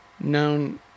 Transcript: known